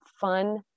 fun